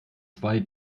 zwei